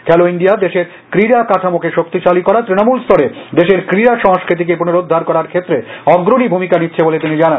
খেলো ইন্ডিয়া দেশের ক্রীড়া কাঠামোকে শক্তিশালী করা তৃণমূল স্তরে দেশের ক্রীড়া সংস্কৃতিকে পুনরুদ্ধার করার ক্ষেত্রে অগ্রণী ভূমিকা নিচ্ছে বলে তিনি জানান